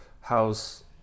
How's